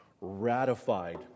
ratified